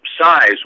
size